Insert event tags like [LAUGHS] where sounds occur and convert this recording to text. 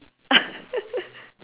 [LAUGHS]